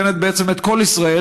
את כל ישראל,